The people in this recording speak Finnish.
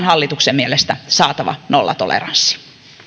hallituksen mielestä saatava nollatoleranssi